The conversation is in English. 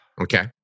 okay